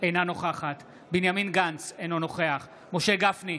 אינה נוכחת בנימין גנץ, אינו נוכח משה גפני,